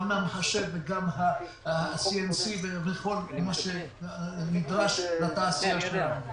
גם את המחשב וגם את ה-CNC וכל מה שנדרש לתעשייה שלנו.